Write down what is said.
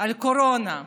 על קורונה,